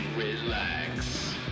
relax